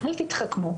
אל תתחכמו.